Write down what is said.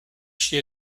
she